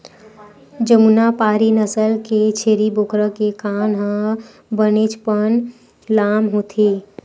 जमुनापारी नसल के छेरी बोकरा के कान ह बनेचपन लाम होथे